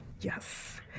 Yes